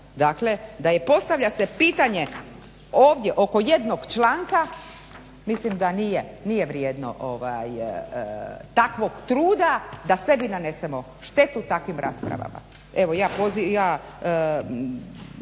dakle postavlja se pitanje ovdje oko jednog članka, mislim da nije vrijedno takvog truda da sebi nanesemo štetu takvim raspravama.